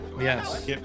yes